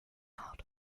not